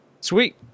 Sweet